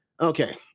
Okay